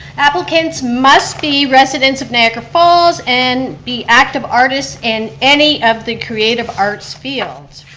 applicants must be residents of niagara falls and be active artists in any of the creative arts fields.